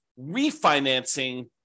refinancing